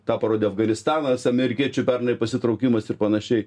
tą parodė afganistanas amerikiečių pernai pasitraukimas ir panašiai